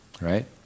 Right